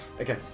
Okay